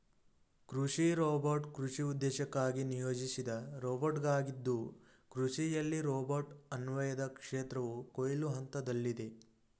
ಕೃಷಿ ರೋಬೋಟ್ ಕೃಷಿ ಉದ್ದೇಶಕ್ಕಾಗಿ ನಿಯೋಜಿಸಿದ ರೋಬೋಟಾಗಿದ್ದು ಕೃಷಿಯಲ್ಲಿ ರೋಬೋಟ್ ಅನ್ವಯದ ಕ್ಷೇತ್ರವು ಕೊಯ್ಲು ಹಂತದಲ್ಲಿದೆ